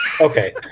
Okay